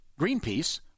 Greenpeace